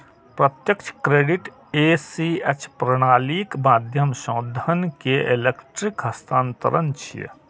प्रत्यक्ष credit ACH प्रणालीक माध्यम सं धन के इलेक्ट्रिक हस्तांतरण छियै